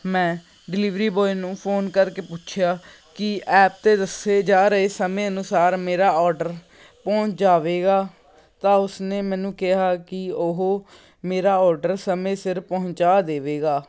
ਮੈਂ delivery boy ਨੂੰ phone ਕਰਕੇ ਪੁੱਛਿਆ ਕਿ ਐਪ 'ਤੇ ਦੱਸੇ ਜਾ ਰਹੇ ਸਮੇਂ ਅਨੁਸਾਰ ਮੇਰਾ ਔਡਰ ਪਹੁੰਚ ਜਾਵੇਗਾ ਤਾਂ ਉਸ ਨੇ ਮੈਨੂੰ ਕਿਹਾ ਕਿ ਉਹ ਮੇਰਾ ਔਡਰ ਸਮੇਂ ਸਿਰ ਪਹੁੰਚਾ ਦੇਵੇਗਾ